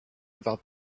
about